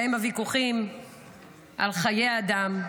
שבה הוויכוחים על חיי אדם,